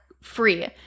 free